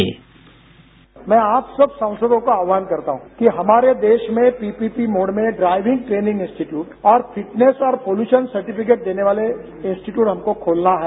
sound bite मैं आप सब सांसदों आव्हान करता हूं कि हमारे देश में पीपीटी मोड में ड्राइविंग ट्रेनिंग इन्स्टीटचूट और फिटनेस और पॉल्यूशन सर्टिफिकेट देने वाले इन्स्टीट्यूट हमको खोलना है